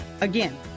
Again